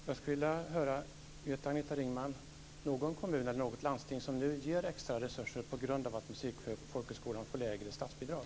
Jag skulle vilja höra om Agneta Ringman känner till någon kommun eller något landsting som nu ger extra resurser på grund av att musikfolkhögskolan får lägre statsbidrag.